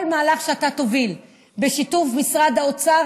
כל מהלך שאתה תוביל בשיתוף משרד האוצר,